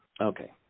okay